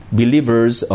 believers